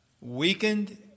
weakened